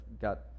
got